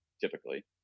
typically